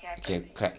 okay clap